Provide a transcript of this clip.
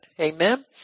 Amen